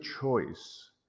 choice